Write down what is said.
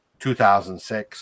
2006